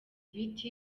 ibiti